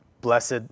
blessed